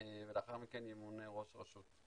ולאחר מכן ימונה ראש רשות.